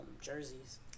jerseys